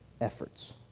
efforts